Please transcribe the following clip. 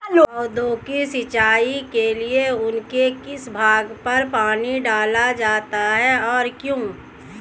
पौधों की सिंचाई के लिए उनके किस भाग पर पानी डाला जाता है और क्यों?